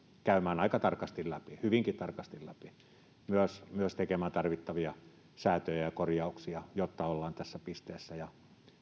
käymään aika tarkasti läpi hyvinkin tarkasti läpi ja myös tekemään tarvittavia säätöjä ja korjauksia jotta ollaan tässä pisteessä ja